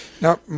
now